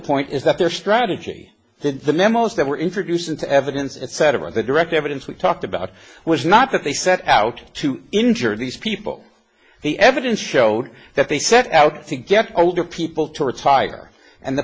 point is that their strategy did the memos that were introduced into evidence etc the direct evidence we talked about was not that they set out to injure these people the evidence showed that they set out to get older people to retire and the